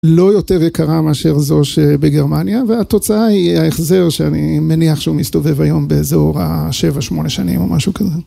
לא יותר יקרה מאשר זו שבגרמניה והתוצאה היא ההחזר שאני מניח שהוא מסתובב היום באזור ה-7-8 שנים או משהו כזה